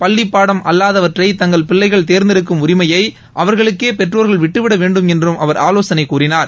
பள்ளிப்பாடம் அல்லாதவற்றை தங்கள் பிள்ளைகள் தேர்ந்தெடுக்கும் உரிமையை அவர்களுக்கே பெற்றோர்கள் விட்டுவிட வேண்டும் என்றம் அவர் ஆலோசனை கூறினார்